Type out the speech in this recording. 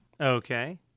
Okay